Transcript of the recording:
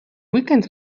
weekend